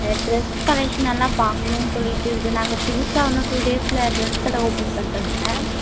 dress கலெக்ஷனெல்லாம் பார்க்கணுன்னு சொல்லிட்டு இருக்குது நாங்கள் புதுசாக இன்னும் டூ டேஸ்சில் ட்ரெஸ் கடை ஓப்பன் பண்ணுறோங்க சார்